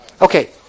Okay